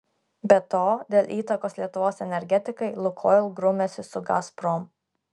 be to dėl įtakos lietuvos energetikai lukoil grumiasi su gazprom